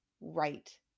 right